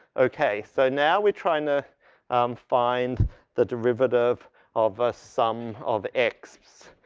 okay. so, now we're trying to find the derivative of a sum of x.